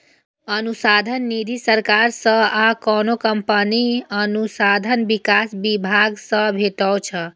अनुसंधान निधि सरकार सं आ कोनो कंपनीक अनुसंधान विकास विभाग सं भेटै छै